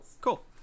Cool